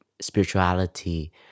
spirituality